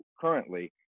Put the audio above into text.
currently